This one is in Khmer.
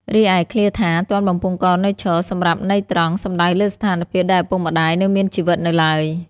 រីឯ ឃ្លាថា ទាន់បំពង់ករនៅឈរ សម្រាប់ន័យត្រង់ សំដៅលើស្ថានភាពដែលឪពុកម្តាយនៅមានជីវិតនៅឡើយ។